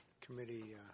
Committee